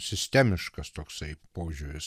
sistemiškas toksai požiūris